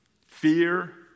fear